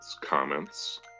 comments